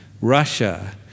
Russia